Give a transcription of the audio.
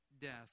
death